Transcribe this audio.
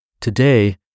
Today